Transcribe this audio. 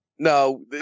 No